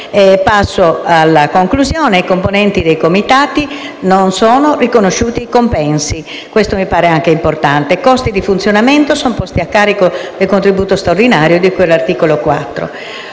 In conclusione, ai componenti dei comitati non sono riconosciuti compensi (questo mi sembra importante), mentre i costi di funzionamento sono posti a carico del contributo straordinario di cui all'articolo 4.